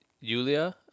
Yulia